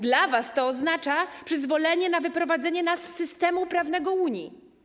Dla was to oznacza przyzwolenie na wyprowadzenie nas z systemu prawnego Unii.